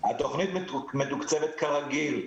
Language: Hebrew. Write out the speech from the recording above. התוכנית מתוקצבת כרגיל.